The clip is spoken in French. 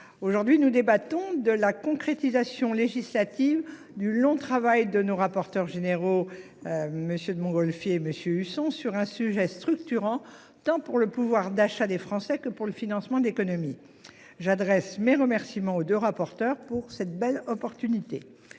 Aujourd'hui nous débattons de la concrétisation législative du long travail de nos rapporteurs généraux. Monsieur de Montgolfier monsieur Husson sur un sujet structurant tant pour le pouvoir d'achat des Français que pour le financement de l'économie. J'adresse mes remerciements aux deux rapporteurs pour cette belle opportunité